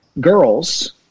girls